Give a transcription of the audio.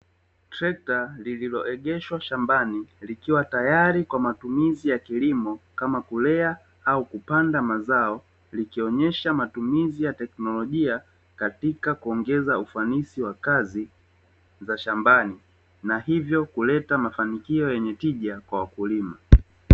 Trekta lililoegeshwa shambani likiwa tayari kwa matumizi ya kilimo kama kulea au kupanda mazao likionyesha matumizi ya teknolojia katika kuongeza ufanisi wa kazi za shambani, na hivyo kuleta mafanikio yenye tija kwa wakulima.